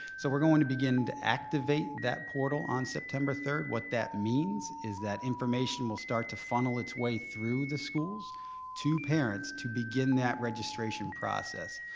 so we're going to begin to activate that portal on september third. what that means is that information will start to funnel its way through the schools to parents to begin that registration process.